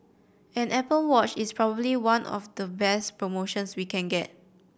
an Apple Watch is probably one of the best promotions we can get